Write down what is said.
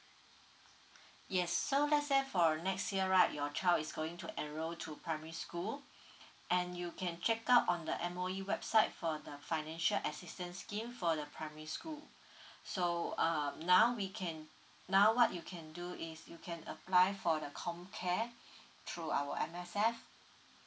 yes so let's say for next year right your child is going to enroll to primary school and you can check out on the M_O_E website for the financial assistance scheme for the primary school so uh now we can now what you can do is you can apply for the com care through our M_S_F